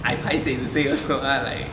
I paiseh to say also lah like